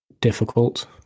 difficult